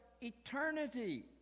eternity